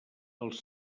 els